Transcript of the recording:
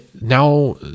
now